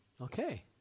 Okay